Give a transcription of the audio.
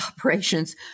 operations